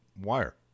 wire